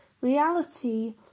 reality